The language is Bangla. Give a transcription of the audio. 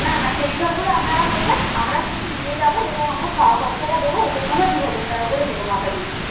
না না সেই সবগুলো আপনারা করবেন আমরা শুধু নিয়ে যাব এবং আমরা খাওয়া খরচাটা দেবো এই জন্য আমরা দু হাজার টাকা করে নেব মাথা পিছু